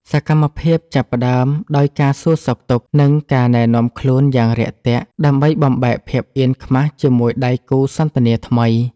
សកម្មភាពចាប់ផ្ដើមដោយការសួរសុខទុក្ខ និងការណែនាំខ្លួនយ៉ាងរាក់ទាក់ ដើម្បីបំបែកភាពអៀនខ្មាសជាមួយដៃគូសន្ទនាថ្មី។